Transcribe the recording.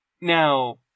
Now